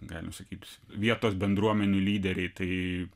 galim sakyt vietos bendruomenių lyderiai tai